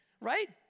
right